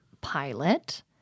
pilot